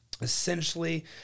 essentially